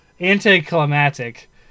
anticlimactic